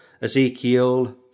Ezekiel